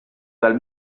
dal